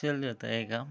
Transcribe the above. चल जाता है काम